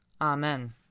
Amen